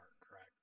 correct